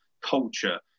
culture